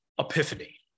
epiphany